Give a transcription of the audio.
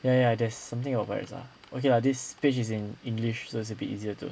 ya ya ya there's something about pirates ah okay lah this page is in english so its a bit easier to